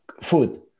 food